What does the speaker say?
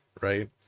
right